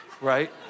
right